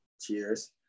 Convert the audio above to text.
Cheers